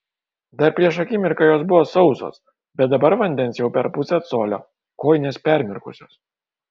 dar prieš akimirką jos buvo sausos bet dabar vandens jau per pusę colio kojinės permirkusios